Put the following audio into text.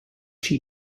she